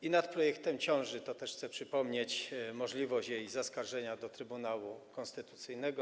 I nad projektem ciąży, to też chcę przypomnieć, możliwość jego zaskarżenia do Trybunału Konstytucyjnego.